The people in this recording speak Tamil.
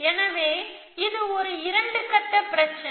எனவே இது ஒரு 2 கட்ட பிரச்சனை